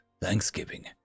thanksgiving